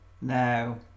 no